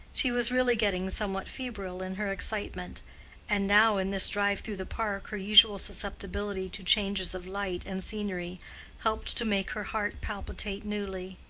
she was really getting somewhat febrile in her excitement and now in this drive through the park her usual susceptibility to changes of light and scenery helped to make her heart palpitate newly.